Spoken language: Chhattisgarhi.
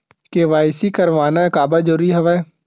के.वाई.सी करवाना काबर जरूरी हवय?